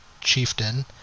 chieftain